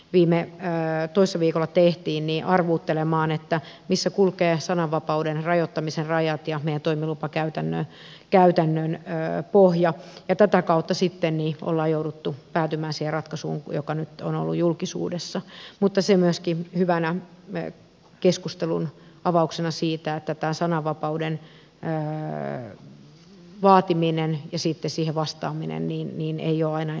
toimilupapäätöstä joka toissa viikolla tehtiin koskien arvuuttelemaan missä kulkevat sananvapauden rajoittamisen rajat ja meidän toimilupakäytäntömme pohja ja tätä kautta sitten on jouduttu päätymään siihen ratkaisuun joka nyt on ollut julkisuudessa mutta se on myöskin hyvänä keskustelun avauksena siitä että sananvapauden vaatiminen ja siihen vastaaminen ei ole aina kaikkein helpointa